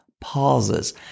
pauses